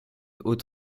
haute